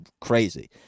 crazy